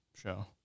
show